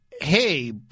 hey